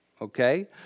okay